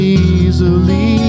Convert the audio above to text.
easily